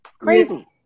Crazy